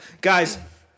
Guys